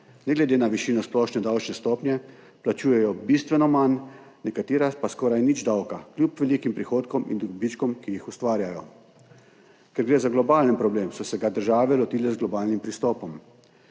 ne glede na višino splošne davčne stopnje plačujejo bistveno manj, nekatera pa skoraj nič davka, kljub velikim prihodkom in dobičkom, ki jih ustvarjajo. Ker gre za globalen problem, so se ga države lotile z globalnim pristopom.